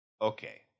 Okay